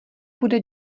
bude